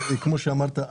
כמו שאמרת,